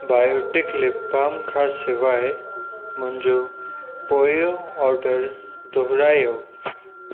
Biotique lip balm खां सवाइ मुंहिंजो पोयों ऑडर दुहिरायो